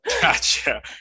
Gotcha